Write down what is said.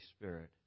Spirit